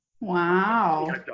Wow